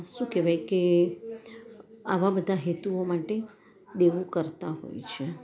શું કહેવાય કે આવા બધા હેતુઓ માટે દેવું કરતાં હોય છે